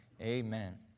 Amen